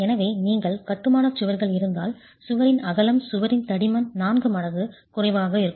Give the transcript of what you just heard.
எனவே நீங்கள் கட்டுமான சுவர்கள் இருந்தால் சுவரின் அகலம் சுவரின் தடிமன் 4 மடங்கு குறைவாக இருக்கும்